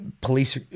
Police